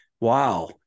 wow